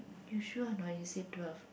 you sure or not you said twelve